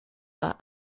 are